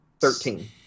Thirteen